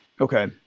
Okay